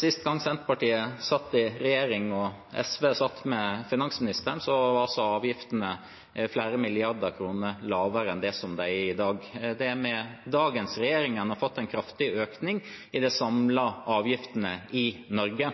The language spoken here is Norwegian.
Sist Senterpartiet satt i regjering og SV satt med finansministeren, var avgiftene flere milliarder kroner lavere enn de er i dag. Det er med dagens regjering en har fått en kraftig økning i de samlede avgiftene i Norge.